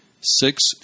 six